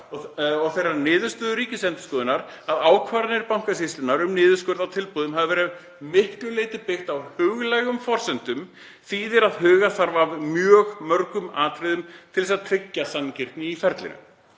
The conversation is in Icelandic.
og þeirrar niðurstöðu Ríkisendurskoðunar að ákvarðanir Bankasýslunnar um niðurskurð á tilboðum hafi að miklu leyti byggt á huglægum forsendum þarf að huga að mjög mörgum atriðum til að tryggja sanngirni í ferlinu.